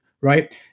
right